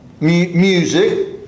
music